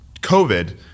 COVID